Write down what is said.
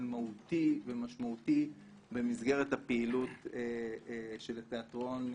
מהותי ומשמעותי במסגרת הפעילות של התיאטרון,